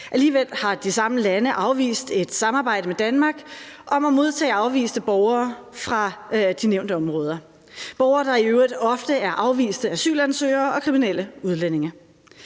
Alligevel har de samme lande afvist et samarbejde med Danmark om at modtage afviste borgere fra de nævnte områder – borgere, der i øvrigt ofte er afviste asylansøgere og kriminelle udlændinge.